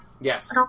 Yes